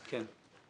כן.